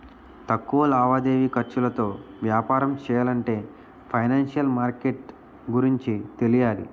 తక్కువ లావాదేవీ ఖర్చులతో వ్యాపారం చెయ్యాలంటే ఫైనాన్సిషియల్ మార్కెట్ గురించి తెలియాలి